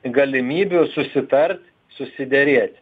galimybių susitart susiderėt